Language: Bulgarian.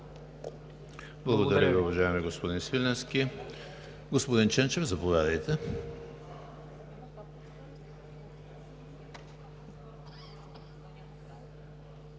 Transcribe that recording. Благодаря Ви, уважаеми господин Свиленски. Господин Ченчев, заповядайте.